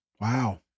Wow